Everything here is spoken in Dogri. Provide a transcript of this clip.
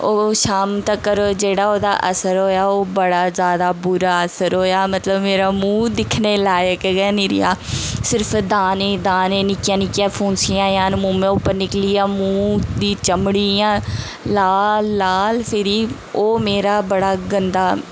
ओह् शाम तकर जेह्ड़ा ओह्दा असर होएआ ओह् बड़ा ज्यादा बुरा असर होएआ मतलब मेरा मूंह दिक्खने गी लायक गै नेईं रेहा सिर्फ दाने दाने निक्कियां निक्कियां फूंसियां जन मुहैं उप्पर निकलियां मूंहं दी चमड़ी इ'यां लाल लाल फिरी ओह् मेरा बड़ा गंदा